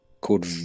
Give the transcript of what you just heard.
called